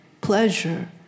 pleasure